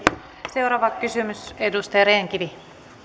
seuraava kysymys edustaja rehn kivi